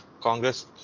Congress